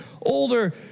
older